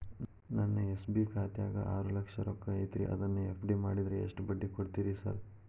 ನನ್ನ ಎಸ್.ಬಿ ಖಾತ್ಯಾಗ ಆರು ಲಕ್ಷ ರೊಕ್ಕ ಐತ್ರಿ ಅದನ್ನ ಎಫ್.ಡಿ ಮಾಡಿದ್ರ ಎಷ್ಟ ಬಡ್ಡಿ ಕೊಡ್ತೇರಿ ಸರ್?